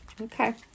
Okay